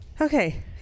Okay